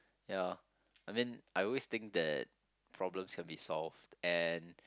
ya I mean I always think that problems can be solved and